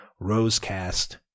Rosecast